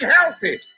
healthy